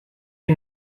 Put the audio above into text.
die